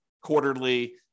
quarterly